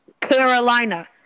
Carolina